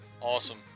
awesome